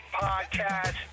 Podcast